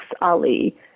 Ali